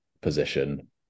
position